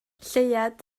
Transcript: lleuad